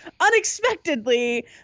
unexpectedly